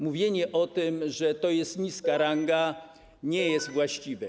Mówienie o tym, że to jest niska ranga, nie jest właściwe.